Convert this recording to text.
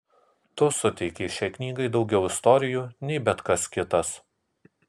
tu suteikei šiai knygai daugiau istorijų nei bet kas kitas